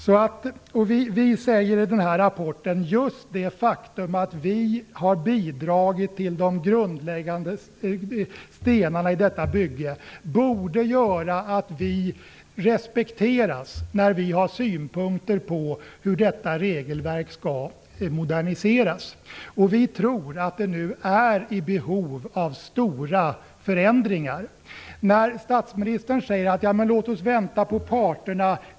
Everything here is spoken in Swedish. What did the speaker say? Vi säger i denna rapport att det faktum att vi har bidragit till de grundläggande stenarna i detta bygge borde göra att vi respekteras när vi har synpunkter på hur detta regelverk skall moderniseras. Vi tror att det nu är i behov av stora förändringar. Statsministern säger: Låt oss vänta på parterna.